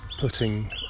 putting